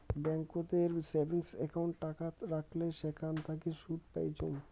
ব্যাংকোতের savings account টাকা রাখলে সেখান থাকি সুদ পাইচুঙ